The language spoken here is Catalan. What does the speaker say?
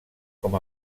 com